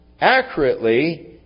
accurately